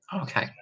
Okay